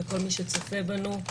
וכל מי שצופה בנו,